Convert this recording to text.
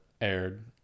aired